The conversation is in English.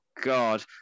God